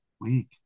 week